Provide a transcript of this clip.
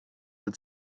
wird